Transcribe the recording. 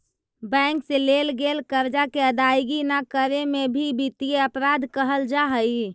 bank से लेल गेल कर्जा के अदायगी न करे में भी वित्तीय अपराध कहल जा हई